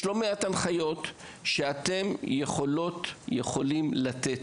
יש לא מעט הנחיות שאתם יכולים להוציא.